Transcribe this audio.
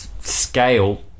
scale